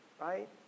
right